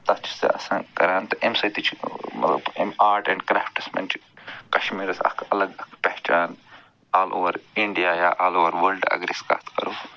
تَتھ چھِ سُہ آسان کران تہٕ اَمہِ سۭتۍ تہِ چھِ مطلب اَمہِ آرٹ اینٛڈ کرٛافٹَس منٛز چھِ کَشمیٖرَس اَکھ الگ اَکھ پہچان آل اُوَر اِنٛڈِیا یا آل اُوَر وٲلڈ اَگر أسۍ کَتھ کرو